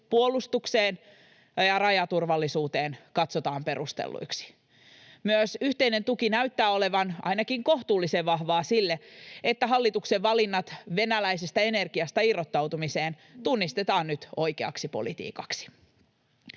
puolustukseen ja rajaturvallisuuteen katsotaan perustelluiksi. Myös yhteinen tuki näyttää olevan ainakin kohtuullisen vahvaa sille, että hallituksen valinnat venäläisestä energiasta irrottautumiseen tunnistetaan nyt oikeaksi politiikaksi.